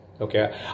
Okay